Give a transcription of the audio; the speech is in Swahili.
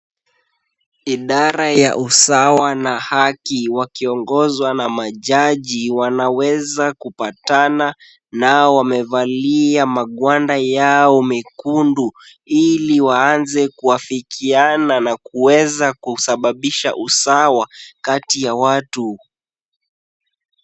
Idara ya usawa na haki wakiongozwa na majaji, wanaweza kupatana nao wamevalia magwanda yao mieundu ili waanze kuafikiana na uweza kusababisha usawa kati ya watu.